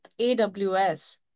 AWS